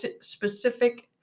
specific